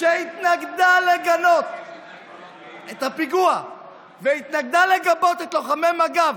שהתנגדה לגנות את הפיגוע והתנגדה לגבות את לוחמי מג"ב